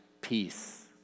Peace